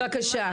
בבקשה.